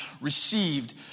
received